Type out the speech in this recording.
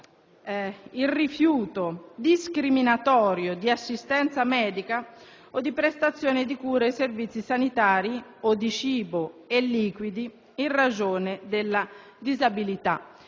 il rifiuto discriminatorio di assistenza medica o di prestazione di cure e servizi sanitari o di cibo e liquidi in ragione della disabilità».